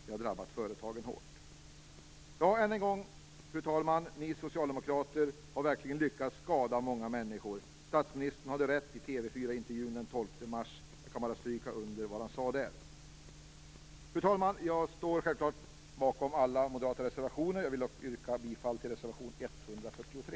Det har drabbat företagen hårt. Fru talman! Ni socialdemokrater har verkligen lyckats skada många människor. Statsministern hade rätt i TV 4-intervjun den 12 mars. Jag kan bara stryka under vad han sade där. Fru talman! Jag står självklart bakom alla moderata reservationer. Jag vill dock yrka bifall till reservation 143.